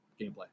gameplay